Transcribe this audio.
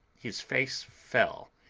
his face fell,